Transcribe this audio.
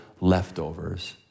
leftovers